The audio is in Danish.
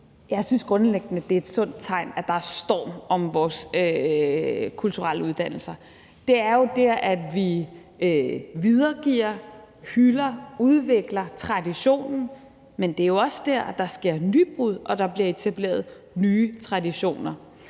at jeg grundlæggende synes, at det er et sundt tegn, at der er storm om vores kulturelle uddannelser. Det er jo der, vi videregiver, hylder og udvikler traditionen, men det er også der, der sker nybrud og bliver etableret nye traditioner.